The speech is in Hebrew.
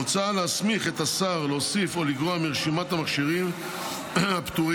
מוצע להסמיך את השר להוסיף או לגרוע מרשימת המכשירים הפטורים,